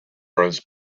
was